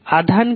আধান কি